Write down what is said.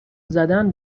زدن